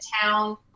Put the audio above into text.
town